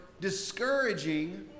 discouraging